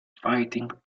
fighting